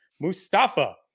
Mustafa